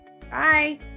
Bye